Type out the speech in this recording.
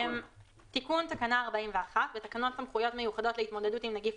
"תיקון תקנה 41 בתקנות סמכויות מיוחדות להתמודדות עם נגיף